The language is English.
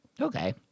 Okay